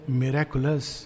miraculous